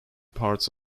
parts